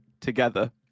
together